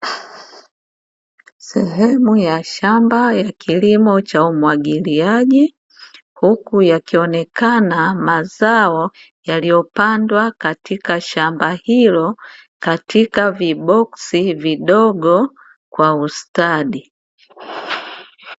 Sehemu ya shamba ya kilimo cha umwagiliaji huku yakionekana mazao yaliyopandwa katika shamba hilo katika viboksi vidogo kwa ustadi.